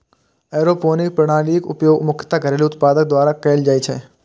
aeroponic प्रणालीक उपयोग मुख्यतः घरेलू उत्पादक द्वारा कैल जाइ छै